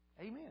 Amen